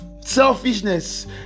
selfishness